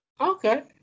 Okay